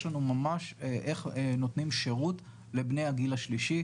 יש לנו ממש איך נותנים שירות לבני הגיל השלישי,